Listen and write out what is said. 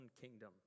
kingdom